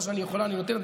מה שאני יכולה אני נותנת,